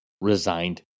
resigned